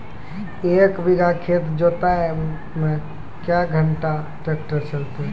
एक बीघा खेत जोतना क्या घंटा ट्रैक्टर चलते?